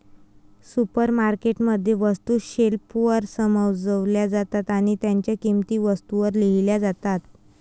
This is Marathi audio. सुपरमार्केट मध्ये, वस्तू शेल्फवर सजवल्या जातात आणि त्यांच्या किंमती वस्तूंवर लिहिल्या जातात